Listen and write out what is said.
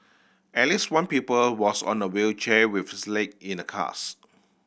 at least one pupil was on a wheelchair with his leg in a cast